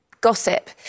gossip